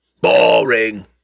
boring